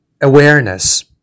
awareness